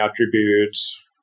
attributes